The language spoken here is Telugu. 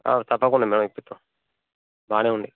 తప్పకుండా మేడం ఇప్పిత్తాం బానే ఉన్నయి